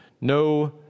No